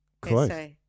Close